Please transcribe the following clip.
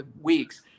weeks